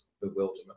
bewilderment